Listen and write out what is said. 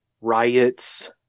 riots